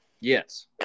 Yes